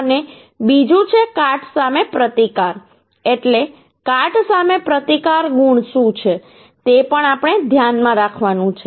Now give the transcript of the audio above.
અને બીજું છે કાટ સામે પ્રતિકાર એટલે કાટ સામે પ્રતિકારક ગુણ શું છે તે પણ આપણે ધ્યાનમાં રાખવાનું છે